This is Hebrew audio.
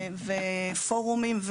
פורומים,